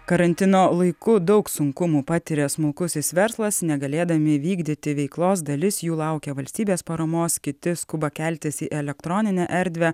karantino laiku daug sunkumų patiria smulkusis verslas negalėdami vykdyti veiklos dalis jų laukia valstybės paramos kiti skuba keltis į elektroninę erdvę